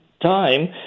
time